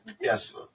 Yes